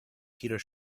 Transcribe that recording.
peter